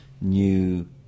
new